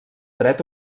dret